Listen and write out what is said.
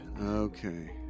Okay